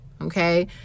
okay